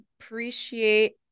appreciate